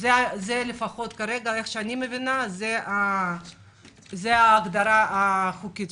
זה לפחות איך שאני מבינה כרגע ההגדרה החוקית.